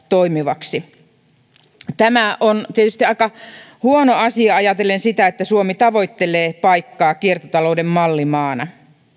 toimivaksi tämä on tietysti aika huono asia ajatellen sitä että suomi tavoittelee paikkaa kiertotalouden mallimaana